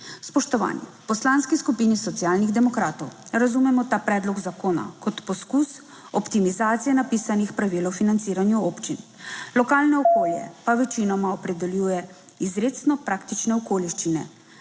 Spoštovani! V Poslanski skupini Socialnih demokratov razumemo ta predlog zakona kot poskus optimizacije napisanih pravil o financiranju občin. Lokalno okolje pa večinoma opredeljuje izrecno praktične okoliščine,